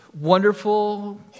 wonderful